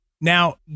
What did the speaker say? Now